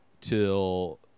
till